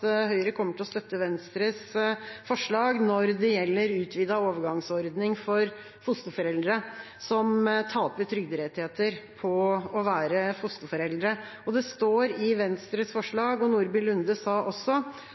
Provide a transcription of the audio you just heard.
Høyre kommer til å støtte Venstres forslag når det gjelder utvidet overgangsordning for fosterforeldre som taper trygderettigheter på å være fosterforeldre. Det står i Venstres forslag – og Heidi Nordby Lunde sa det også